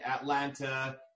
Atlanta